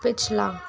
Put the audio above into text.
पिछला